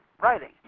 writing